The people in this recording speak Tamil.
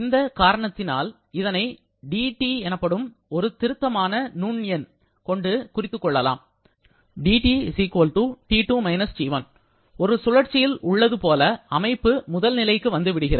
இந்த காரணத்தினால் இதனை ஒரு dT எனப்படும் திருத்தமான நுண்ணென் கொண்டு குறித்துக் கொள்ளலாம் dT T2 - T1 ஒரு சுழற்சியில் உள்ளது போல அமைப்பு முதல் நிலைக்கு வந்துவிடுகிறது